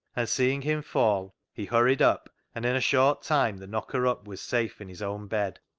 and seeing him fall he hurried up, and in a short time the knocker-up was safe in his own bed.